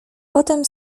potem